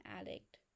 addict